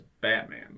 Batman